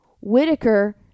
Whitaker